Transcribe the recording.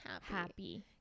happy